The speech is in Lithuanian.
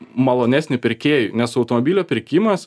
malonesnį pirkėjui nes automobilio pirkimas